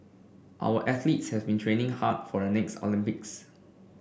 our athletes have been training hard for the next Olympics